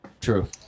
true